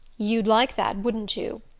you'd like that, wouldn't you?